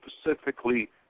specifically